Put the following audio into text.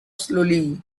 slowly